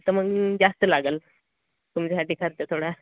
तर मग जास्त लागंल तुमच्या ह्या त्या थोडा